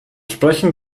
sprechen